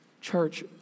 Church